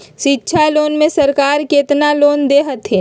शिक्षा लोन में सरकार केतना लोन दे हथिन?